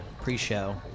pre-show